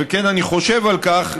וכן אני חושב על כך,